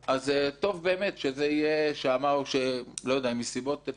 טוב אם מסיבות פוליטיות,